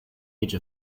age